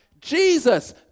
Jesus